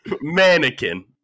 Mannequin